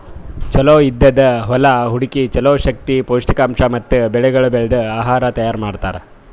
ಚಲೋ ಇದ್ದಿದ್ ಹೊಲಾ ಹುಡುಕಿ ಚಲೋ ಶಕ್ತಿ, ಪೌಷ್ಠಿಕಾಂಶ ಮತ್ತ ಬೆಳಿಗೊಳ್ ಬೆಳ್ದು ಆಹಾರ ತೈಯಾರ್ ಮಾಡ್ತಾರ್